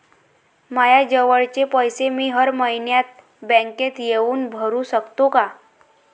मायाजवळचे पैसे मी हर मइन्यात बँकेत येऊन भरू सकतो का?